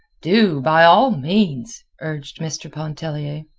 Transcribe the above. do! by all means, urged mr. pontellier.